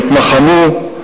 יתנחמו,